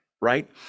right